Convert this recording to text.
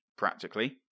practically